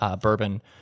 bourbon